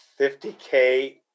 50k